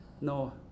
No